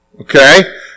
Okay